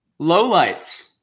Lowlights